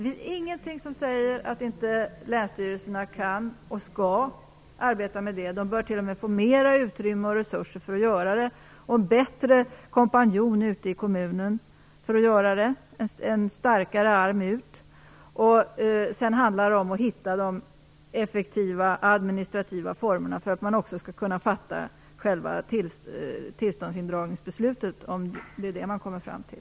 Ingenting säger att länsstyrelserna inte kan, och inte skall, arbeta med detta. De bör t.o.m. få mer utrymme och resurser för att göra det här. De bör få en bättre kompanjon ute i kommunen - en starkare arm utåt. Sedan handlar det om att hitta effektiva administrativa former för att kunna fatta själva tillståndsindragningsbeslutet, om det är vad man kommer fram till.